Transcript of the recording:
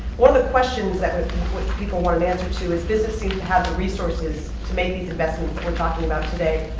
one of the questions that people want an answer to is business seems to have the resources to make these investments we're talking about today.